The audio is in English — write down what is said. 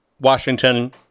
Washington